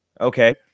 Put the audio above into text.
okay